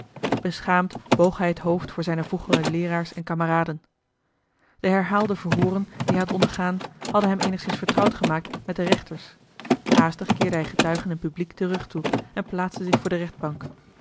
beschaamd boog hij het hoofd voor zijne vroegere leeraars en kameraden de herhaalde verhooren die hij had ondergaan hadden hem eenigszins vertrouwd gemaakt met de rechters haastig keerde hij getuigen en publiek den rug toe en plaatste zich voor de rechtbank